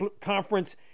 conference